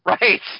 Right